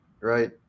right